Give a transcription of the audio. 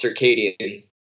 Circadian